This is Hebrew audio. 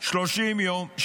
30 יום,